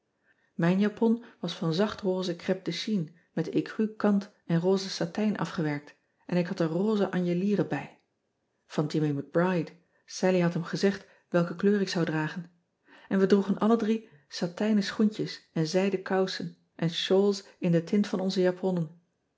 ijn japon was van zacht roze crêpe de chine met écru kant en roze satijn afgewerkt en ik had er roze anjelieren bij an immie c ride allie had hem gezegd welke kleur ik zou dragen n we droegen alle drie satijnen schoentjes en zijden kousen en shawls in de tint van onze japonnen